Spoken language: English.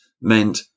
meant